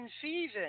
season